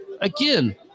again